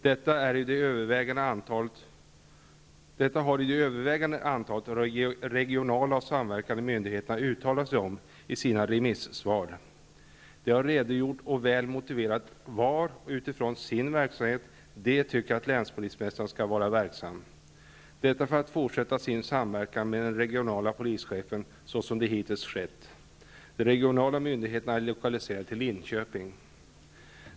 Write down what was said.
Detta har ju det övervägande antalet av de regionala och samverkande myndigheterna uttalat sig om i sina remissvar. De har redogjort och väl motiverat var, utifrån sin verksamhet, de tycker att länspolismästaren skall vara verksam, detta för att fortsätta sin samverkan med den regionale polischefen såsom det hittills skett. De regionala myndigheterna är lokaliserade till Linköping.